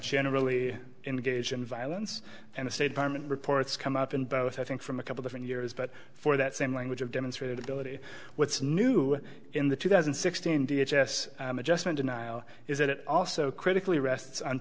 generally engage in violence and the state department reports come up in both i think from a couple different years but for that same language of demonstrated ability what's new in the two thousand and sixteen d h s s adjustment is that it also critically rests on